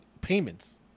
payments